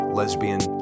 lesbian